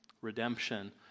Redemption